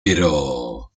pero